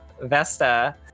Vesta